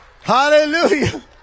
Hallelujah